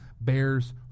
bears